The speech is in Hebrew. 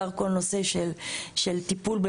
קודם כול ההארכה של שלושת החודשים,